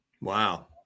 Wow